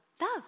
Love